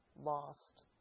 lost